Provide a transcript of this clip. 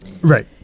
right